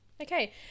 okay